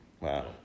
Wow